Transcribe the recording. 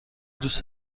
دوست